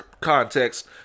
context